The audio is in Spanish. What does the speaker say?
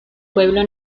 pueblo